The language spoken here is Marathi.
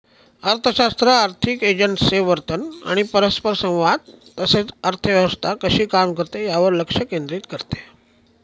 अर्थशास्त्र आर्थिक एजंट्सचे वर्तन आणि परस्परसंवाद तसेच अर्थव्यवस्था कशी काम करते यावर लक्ष केंद्रित करते